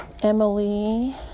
Emily